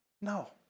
No